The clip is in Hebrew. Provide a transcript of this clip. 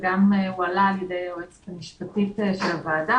עלה על ידי היועצת המשפטית של הוועדה,